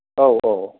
औ औ